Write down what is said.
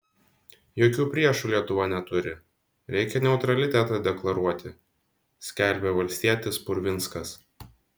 jokių priešų lietuva neturi reikia neutralitetą deklaruoti skelbė valstietis purvinskas